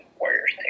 Warriors